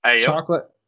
Chocolate